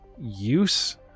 use